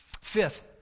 Fifth